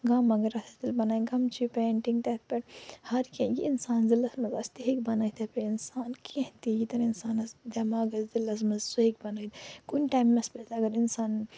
غم اگر آسٮ۪س تیٚلہِ بَنایہِ غَمچی پینٹِنٛگ تتھ پٮ۪ٹھ ہر کیٚنٛہہ یہِ اِنسانَس دِلَس مَنٛز آسہِ تہِ ہیٚکہِ بَنٲوِتھ اِنسان کیٚنٛہہ تہِ ییٚتٮ۪ن اِنسانَس دٮ۪ماغَس دِلَس مَنٛز سُہ ہیٚکہِ بَنٲوِتھ کُنہِ تہِ ٹایمَس مَنٛز اگر اِنسان